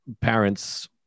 parents